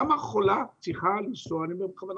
למה חולה צריכה לנסוע אני אומר בכוונה